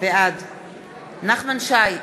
בעד נחמן שי,